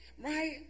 Right